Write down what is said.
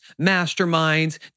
masterminds